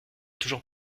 toujours